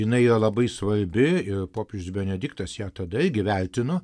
jinai yra labai svarbi ir popiežius benediktas ją tada įvertino